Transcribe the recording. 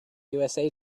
usa